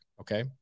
okay